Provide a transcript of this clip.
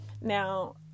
Now